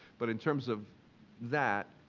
but in terms of that,